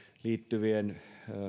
liittyvien